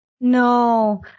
No